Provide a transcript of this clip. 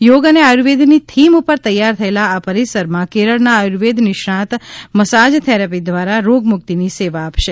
યોગ અને આયુર્વેદની થીમ ઉપર તૈયાર થયેલા આ પરિસરમાં કેરળના આયુર્વેદ નિષ્ણાંત મસાજ થેરપી દ્વારા રોગમુક્તિની સેવા આપશે